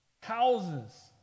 Houses